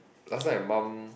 last time my mum